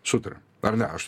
sutariam ar ne aš